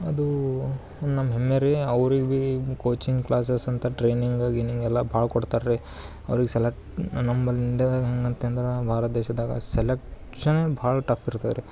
ಅದೂ ನಮ್ಮ ಹೆಮ್ಮೆ ರೀ ಅವ್ರಿಗೆ ಬಿ ಏನು ಕೋಚಿಂಗ್ ಕ್ಲಾಸಸ್ ಅಂತ ಟ್ರೇನಿಂಗ ಗಿನಿಂಗ್ ಎಲ್ಲ ಭಾಳ ಕೊಡ್ತಾರೆ ರೀ ಅವ್ರಿಗೆ ಸೆಲೆಕ್ ನಂಬಲಿಂದ ಹೆಂಗಂತಂದರೆ ಭಾರತ ದೇಶದಾಗ ಸೆಲೆಕ್ಷನ್ ಭಾಳ ಟಫ್ ಇರ್ತದೆ ರೀ